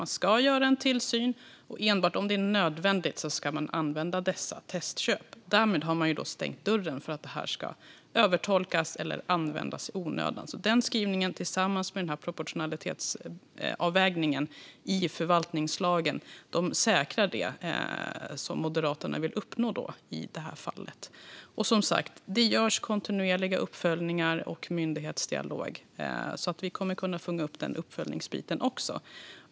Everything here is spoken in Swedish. Man ska göra en tillsyn, och enbart om det är nödvändigt ska man använda dessa testköp. Därmed har man stängt dörren för att det här ska övertolkas eller användas i onödan. Denna skrivning tillsammans med proportionalitetsavvägningen i förvaltningslagen säkrar det som Moderaterna vill uppnå i det här fallet. Det görs som sagt kontinuerliga uppföljningar, och det förs en myndighetsdialog. Vi kommer att kunna fånga upp också denna uppföljningsbit.